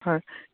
হয়